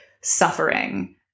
suffering